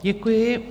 Děkuji.